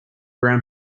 brown